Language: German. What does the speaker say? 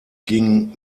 ging